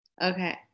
okay